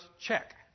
check